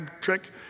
trick